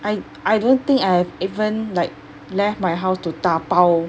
I I don't think I have even like left my house to dabao